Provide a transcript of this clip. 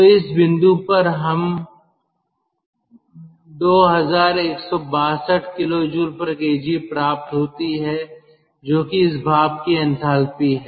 तो इस बिंदु पर हम 21620 kJ kg प्राप्त होती है जो कि इस भाप की एंथैल्पी है